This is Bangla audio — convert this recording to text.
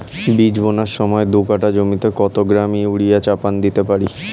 বীজ বোনার সময় দু কাঠা জমিতে কত গ্রাম ইউরিয়া চাপান দিতে পারি?